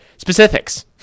specifics